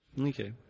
Okay